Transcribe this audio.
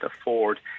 afford